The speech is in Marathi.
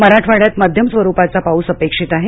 मराठवाड्यात मध्यम स्वरुपाचा पाऊस अपेक्षित आहे